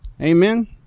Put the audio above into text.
Amen